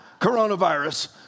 coronavirus